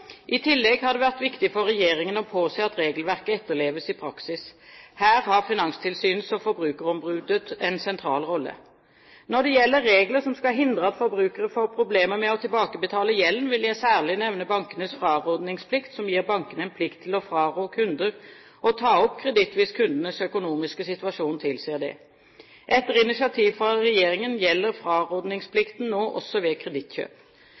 I tillegg har det vært viktig for regjeringen å påse at regelverket etterleves i praksis. Her har Finanstilsynet og forbrukerombudet en sentral rolle. Når det gjelder regler som skal hindre at forbrukere får problemer med å tilbakebetale gjelden, vil jeg særlig nevne bankenes frarådningsplikt, som gir bankene en plikt til å fraråde kunder å ta opp kreditt hvis kundenes økonomiske situasjon tilsier det. Etter initiativ fra regjeringen gjelder frarådningsplikten nå også ved kredittkjøp.